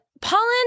pollen